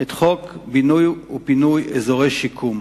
את חוק בינוי ופינוי אזורי שיקום.